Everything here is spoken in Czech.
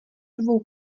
dvou